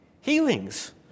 Healings